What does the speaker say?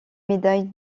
médaille